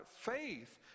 faith